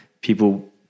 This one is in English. people